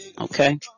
Okay